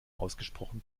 ausgesprochen